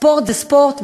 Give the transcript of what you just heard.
ספורט זה ספורט,